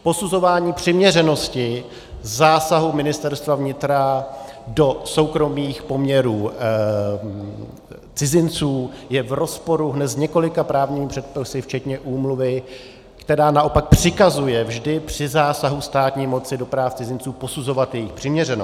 Posuzování přiměřenosti zásahu Ministerstva vnitra do soukromých poměrů cizinců je v rozporu hned s několika právními předpisy včetně úmluvy, která naopak přikazuje vždy při zásahu státní moci do práv cizinců posuzovat jejich přiměřenost.